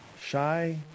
shy